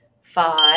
five